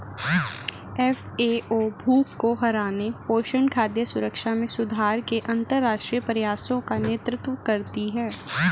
FAO भूख को हराने, पोषण, खाद्य सुरक्षा में सुधार के अंतरराष्ट्रीय प्रयासों का नेतृत्व करती है